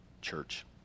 church